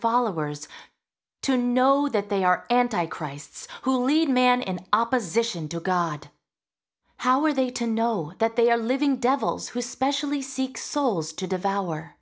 followers to know that they are anti christs who lead man in opposition to god how are they to know that they are living devils who specially seek souls to devour